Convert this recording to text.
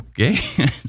okay